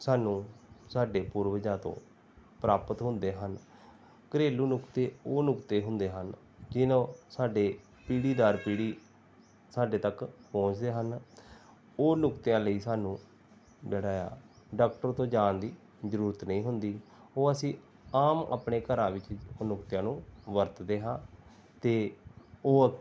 ਸਾਨੂੰ ਸਾਡੇ ਪੂਰਵਜਾ ਤੋਂ ਪ੍ਰਾਪਤ ਹੁੰਦੇ ਹਨ ਘਰੇਲੂ ਨੁਕਤੇ ਉਹ ਨੁਕਤੇ ਹੁੰਦੇ ਹਨ ਜਿਨ੍ਹਾਂ ਸਾਡੇ ਪੀੜੀ ਦਰ ਪੀੜੀ ਸਾਡੇ ਤੱਕ ਪਹੁੰਚਦੇ ਹਨ ਉਹ ਨੁਕਤਿਆਂ ਲਈ ਸਾਨੂੰ ਜਿਹੜਾ ਆ ਡਾਕਟਰ ਤੋਂ ਜਾਣ ਦੀ ਜ਼ਰੂਰਤ ਨਹੀਂ ਹੁੰਦੀ ਉਹ ਅਸੀਂ ਆਮ ਆਪਣੇ ਘਰਾਂ ਵਿੱਚ ਉਹ ਨੁਕਤਿਆਂ ਨੂੰ ਵਰਤਦੇ ਹਾਂ ਅਤੇ ਉਹ